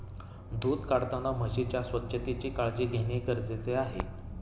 दूध काढताना म्हशीच्या स्वच्छतेची काळजी घेणे गरजेचे आहे